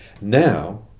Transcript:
now